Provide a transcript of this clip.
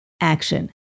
action